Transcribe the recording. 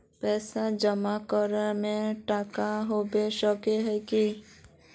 पैसा जमा करे में लेट होबे सके है की?